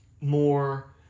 more